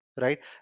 right